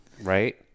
right